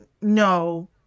no